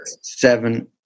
seven